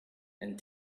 and